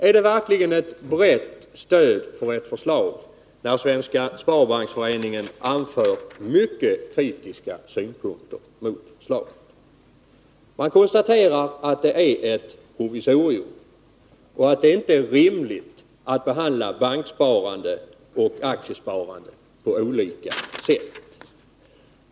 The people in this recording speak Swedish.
Är det verkligen ett brett stöd för ett förslag när Svenska sparbanksföreningen anför mycket kritiska synpunkter mot detsamma? Föreningen konstaterar att det är ett provisorium och att det inte är rimligt att behandla banksparande och aktiesparande på olika sätt.